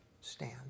stand